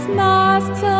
masks